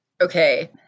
Okay